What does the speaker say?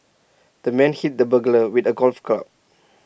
the man hit the burglar with A golf club